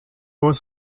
was